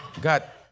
got